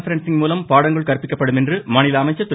பரன்ஸிங்மூலம் பாடங்கள் கற்பிக்கப்படும் என்று மாநில அமைச்சர் திரு